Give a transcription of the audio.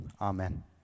Amen